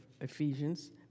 Ephesians